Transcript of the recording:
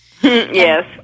Yes